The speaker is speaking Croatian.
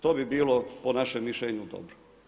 To bi bilo po našem mišljenju dobro.